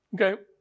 Okay